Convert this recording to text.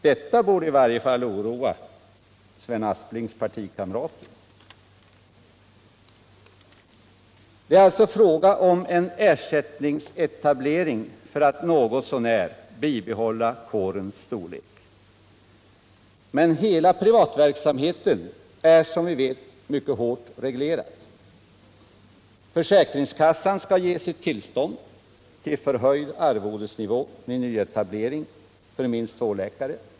Det borde oroa i varje fall Sven 177 Det är alltså fråga om en ersättningsetablering för att något så när bibehålla kårens storlek. Men hela den privata verksamheten är, som vi vet, mycket hårt reglerad. Försäkringskassan skall ge sitt tillstånd till förhöjd arvodesnivå vid nyetablering för minst två läkare.